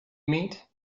meet